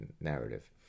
narrative